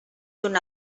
una